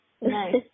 nice